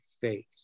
faith